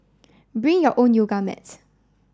bring your own yoga mats